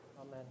Amen